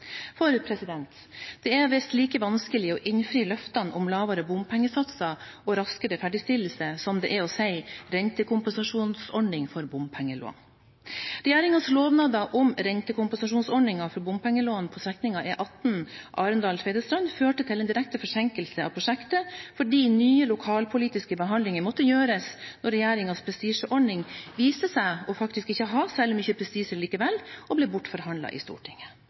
For det er visst like vanskelig å innfri løftene om lavere bompengesatser og raskere ferdigstillelse som det er å si: rentekompensasjonsordning for bompengelån. Regjeringens lovnader om rentekompensasjonsordning for bompengelån på strekningen E18 Arendal–Tvedestrand førte til en direkte forsinkelse av prosjektet fordi nye lokalpolitiske behandlinger måtte gjøres da regjeringens prestisjeordning viste seg faktisk ikke å ha særlig mye prestisje likevel og ble bortforhandlet i Stortinget.